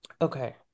okay